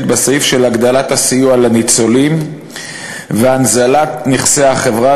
בסעיף של הגדלת הסיוע לניצולים והנזלת נכסי החברה